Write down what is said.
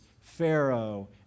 Pharaoh